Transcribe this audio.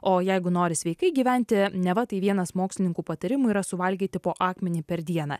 o jeigu nori sveikai gyventi neva tai vienas mokslininkų patarimų yra suvalgyti po akmenį per dieną